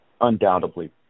undoubtedly